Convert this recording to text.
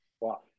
Wow